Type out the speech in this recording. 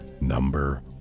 number